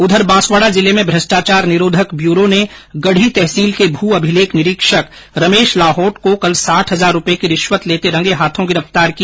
उधर बांसवाडा जिले में भ्रष्टाचार निरोधक ब्यूरो ने गढ़ी तहसील के भू अभिलेख निरीक्षक रमेश लाहौट को कल साठ हजार रूपये की रिश्वत लेते रंगे हाथों गिरफ्तार किया